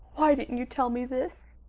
why didn't you tell me this?